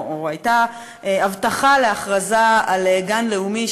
או הייתה הבטחה להכרזה על גן לאומי,